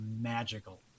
magical